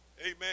Amen